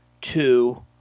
two